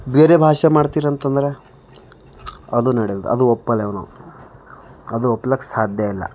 ಬೇರೆ ಭಾಷೆ ಮಾಡ್ತೀರಂತಂದರೆ ಅದು ನಡೆಲ್ದು ಅದು ಒಪ್ಪಲೇವು ನಾವು ಅದು ಒಪ್ಲಕ್ಕ ಸಾಧ್ಯ ಇಲ್ಲ